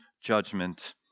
judgment